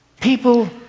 people